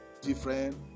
different